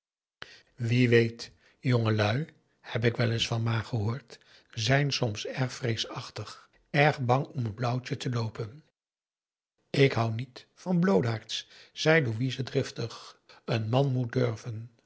wie weet jongelui heb ik wel eens van ma gehoord zijn soms erg vreesachtig erg bang om een blauwtje te loopen ik hou niet van bloodaards zei louise driftig een man moet durven